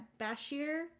Bashir